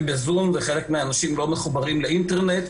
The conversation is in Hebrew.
בזום וחלק מן האנשים לא מחוברים לאינטרנט,